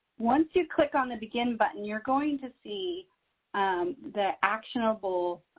once you click on the begin button, you're going to see the actionable